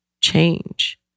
change